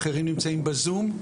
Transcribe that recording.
אחרים נמצאים בזום,